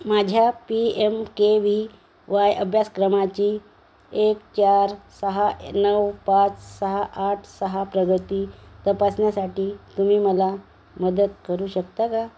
माझ्या P M K V Y अभ्यासक्रमाची एक चार सहा नऊ पाच सहा आठ सहा प्रगती तपासण्यासाठी तुम्ही मला मदत करू शकता का